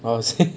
oh is it